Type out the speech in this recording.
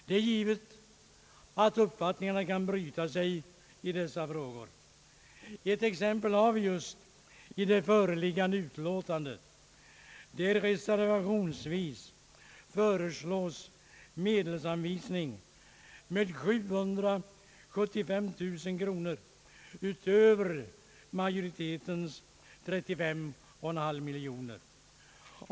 Det är givet att uppfattningarna kan bryta sig i dessa frågor. Ett exempel har vi just i det föreliggande utlåtandet, där reservationsvis föreslås en medelsanvisning med 775 000 kronor utöver majoritetens 35,5 miljoner.